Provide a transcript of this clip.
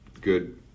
good